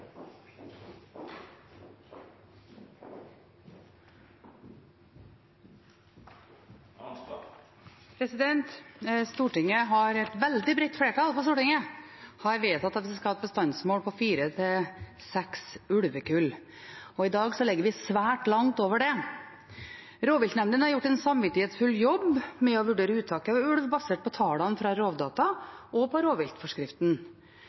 på Stortinget har vedtatt at vi skal ha et bestandsmål på fire til seks ulvekull. I dag ligger vi svært langt over det. Rovviltnemndene har gjort en samvittighetsfull jobb med å vurdere uttaket av ulv basert på tallene fra Rovdata og på rovviltforskriften.